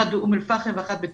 אחת באום אל פאחם ואחת ב-...